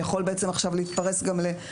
זה יכול להתפרס גם לשנה-שנתיים.